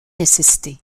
nécessité